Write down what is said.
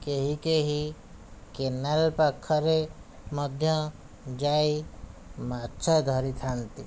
କେହି କେହି କେନାଲ ପାଖରେ ମଧ୍ୟ ଯାଇ ମାଛ ଧରିଥାଆନ୍ତି